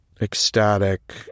ecstatic